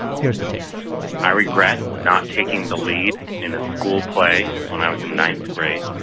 here's the tape i regret not taking the lead in a school play when i was in ninth grade.